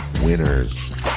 winners